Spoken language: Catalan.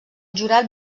jurat